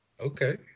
Okay